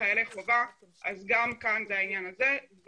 חיילי חובה אז גם כאן זה העניין הזה.